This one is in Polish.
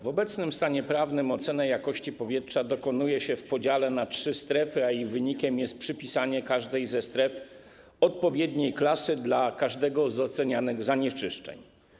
W obecnym stanie prawnym ocena jakości powietrza dokonuje się w podziale na trzy strefy, a jej wynikiem jest przypisanie każdej ze stref odpowiedniej klasy dla każdego z ocenianych zanieczyszczeń.